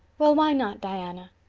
well, why not, diana?